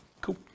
Cool